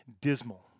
dismal